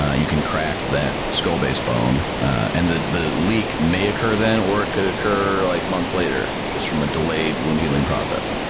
ah you can crack that skull base bone and the the leak may occur then, or it could occur like months later just from a delayed wound healing process.